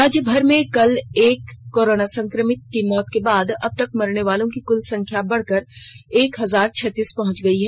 राज्य भर में कल एक कोरोना संक्रमित की मौत के बाद अब तक मरने वालों की कुल संख्या बढ़कर एक हजार छत्तीस पहुंच गई है